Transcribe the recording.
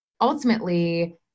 ultimately